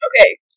Okay